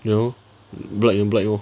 ya lor black 就 black lor